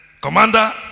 Commander